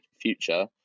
future